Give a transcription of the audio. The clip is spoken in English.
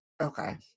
Okay